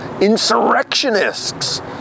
insurrectionists